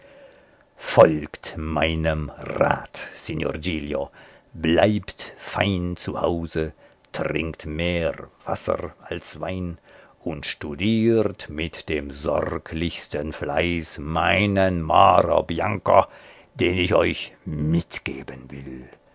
folgt meinem rat signor giglio bleibt fein zu hause trinkt mehr wasser als wein und studiert mit dem sorglichsten fleiß meine moro bianco den ich euch mitgeben will